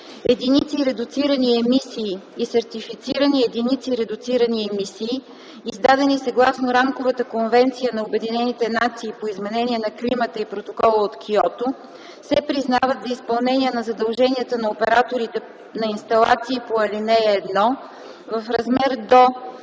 Единици редуцирани емисии и сертифицирани единици редуцирани емисии, издадени съгласно Рамковата конвенция на Обединените нации по изменение на климата и Протокола от Киото, се признават за изпълнение на задълженията на операторите на инсталации по ал. 1 в размер до